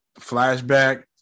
flashback